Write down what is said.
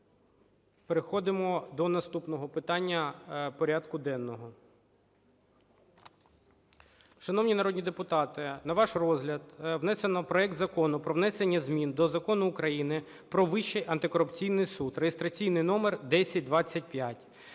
Переходимо до наступного питання порядку денного. Шановні народні депутати, на ваш розгляд внесено проект Закону про внесення зміни до Закону України "Про Вищий антикорупційний суд" (реєстраційний номер 1025).